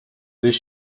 this